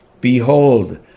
Behold